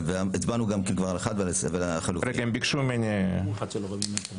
ביקשו ממני לנמק.